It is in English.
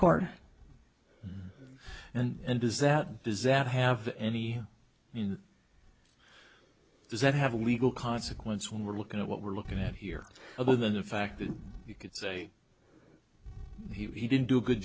court and does that does that have any and does that have a legal consequence when we're looking at what we're looking at here other than the fact that you could say he didn't do a good